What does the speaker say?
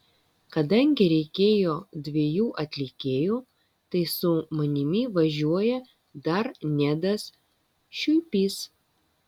kadangi reikėjo dviejų atlikėjų tai su manimi važiuoja dar nedas šiuipys